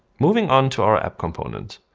moving onto our app component,